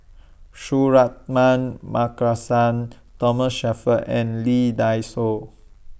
Suratman Markasan Thomas Shelford and Lee Dai Soh